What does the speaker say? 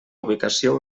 ubicació